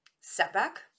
setback